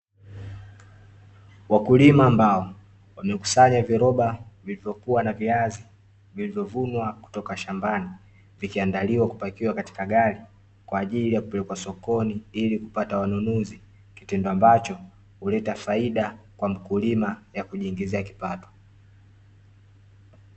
Wakulima ambao wamekusanya viroba vilivyokuwa na viazi vilivyovunwa kutoka shambani, vikiandaliwa kupelekwa katika gari kwa ajili ya kupelekwa sokoni ili kupata wanunuzi, kitendo ambacho huleta faida kwa mkulima ya kujiingizia kipato.